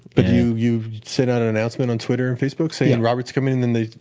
but you you sent out an announcement on twitter and facebook saying and robert's coming and and they